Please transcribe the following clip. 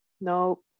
no